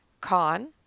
Con